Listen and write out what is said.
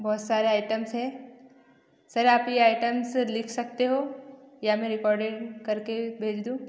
बहुत सारे आइटम्स हैं सर आप ये आइटम्स लिख सकते हो या मैं रिकॉर्डिंग कर के भेज दूँ